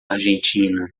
argentina